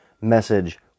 message